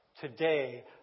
Today